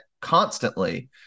constantly